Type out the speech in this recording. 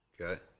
Okay